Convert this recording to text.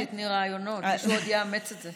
שלא תיתני רעיונות, מישהו עוד יאמץ את זה.